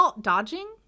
Dodging